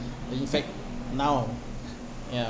uh in fact now ya